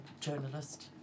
journalist